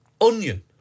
onion